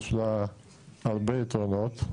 יש לה הרבה יתרונות,